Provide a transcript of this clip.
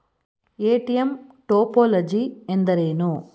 ATM topology ಎಂದರೇನು?